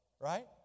right